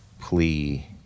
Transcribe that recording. plea